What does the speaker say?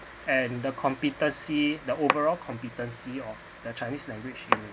and the competency the overall competency of the chinese language in